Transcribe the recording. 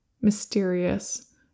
mysterious